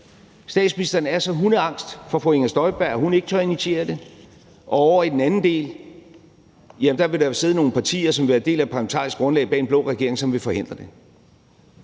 Statsministeren er så hundeangst for fru Inger Støjberg, at hun ikke tør initiere det, og ovre på den anden side vil der jo sidde nogle partier, som vil være en del af et parlamentarisk grundlag for en blå regering, som vil forhindre det.